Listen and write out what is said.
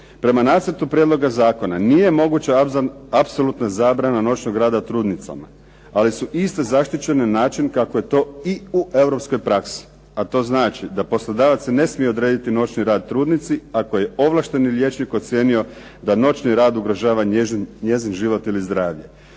Prema nacrtu prijedloga zakona nije moguća apsolutna zabrana noćnog rada trudnicama, ali su iste zaštićene na način kako je to i u europskoj praksi. A to znači da poslodavac ne smije odrediti noćni rad trudnici ako je ovlašteni liječnik ocijenio da noćni rad ugrožava njezin život ili zdravlje.